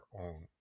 own